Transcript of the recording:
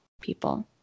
people